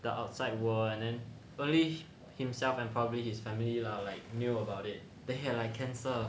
the outside world and then only himself and probably his family lah like knew about it then he had like cancer